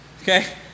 Okay